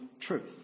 truth